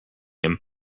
him